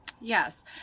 Yes